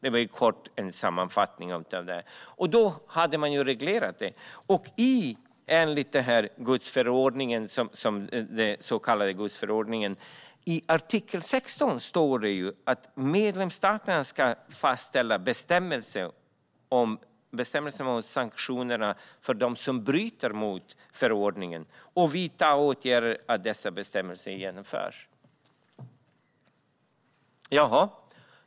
I artikel 16 i den så kallade godsförordningen står det att medlemsstaterna ska fastställa bestämmelser om sanktioner för dem som bryter mot förordningen och vidta åtgärder så att dessa bestämmelser följs.